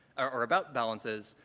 or about balances,